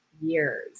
years